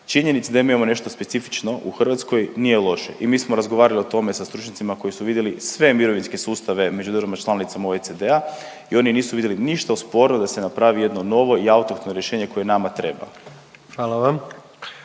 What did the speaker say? činjenica da mi imamo nešto specifično u Hrvatskoj nije loše i mi smo razgovarali o tome sa stručnjacima koji su vidjeli sve mirovinske sustava među državama članicama OECD-a i oni nisu vidjeli ništa sporno da se napravi jedno novo i autohtono rješenje koje nama treba.